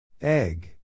Egg